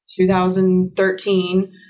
2013